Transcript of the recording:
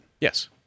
Yes